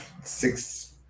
Six